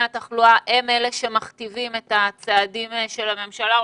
התחלואה הם אלה שמכתיבים את צעדי הממשלה,